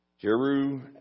Jeru